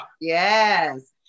yes